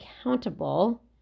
accountable